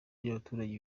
by’abaturage